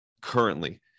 currently